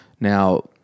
Now